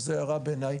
בעיניי,